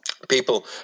people